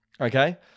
okay